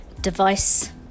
device